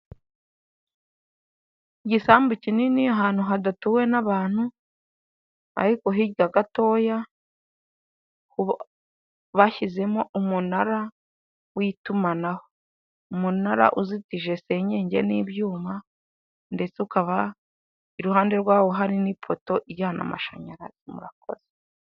Igisambu kinini ahantu hadatuwe n'abantu ariko hirya gatoya bashyizemo umunara w'itumanaho, umunara uzitije senyenge n'ibyuma ndetse ukaba iruhande rwawo hari n'ifoto ijyana amashanyarazi murakoze.